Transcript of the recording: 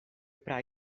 para